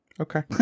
Okay